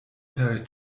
per